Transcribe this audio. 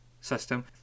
system